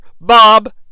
Bob